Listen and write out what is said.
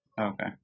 Okay